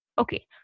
Okay